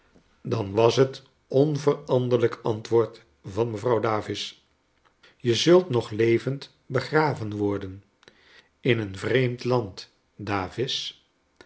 dan was het onveranderlijk antwoord van mevrouw davis je zult nog levend begraven worden in een vreemd land davis